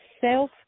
self